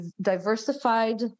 diversified